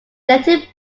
related